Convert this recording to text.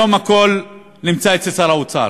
היום הכול נמצא אצל שר האוצר,